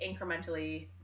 incrementally